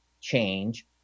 change